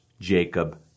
Jacob